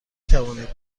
توانید